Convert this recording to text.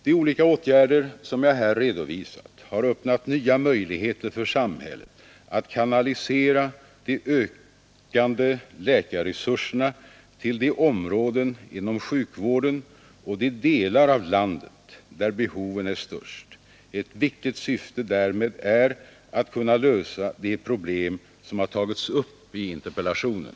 De olika åtgärder som jag här redovisat har öppnat nya möjligheter för samhället att kanalisera de ökande läkarresurserna till de områden inom sjukvården och de delar av landet där behoven är störst. Ett viktigt syfte därmed är att kunna lösa de problem som har tagits upp i interpellationen.